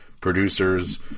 producers